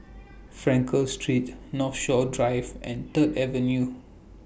Frankel Street Northshore Drive and Third Avenue